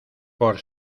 por